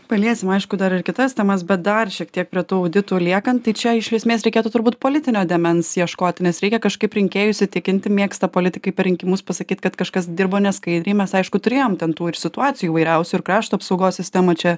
paliesim aišku dar ir kitas temas bet dar šiek tiek prie tų auditų liekant tai čia iš esmės reikėtų turbūt politinio dėmens ieškot nes reikia kažkaip rinkėjus įtikinti mėgsta politikai per rinkimus pasakyt kad kažkas dirbo neskaidriai mes aišku turėjom ten tų ir situacijų įvairiausių ir krašto apsaugos sistemoj čia